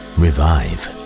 revive